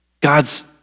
God's